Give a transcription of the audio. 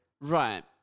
Right